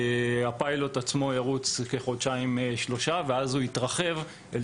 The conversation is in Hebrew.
הפיילוט עצמו ירוץ כחודשיים-שלושה ואז הוא יתרחב אל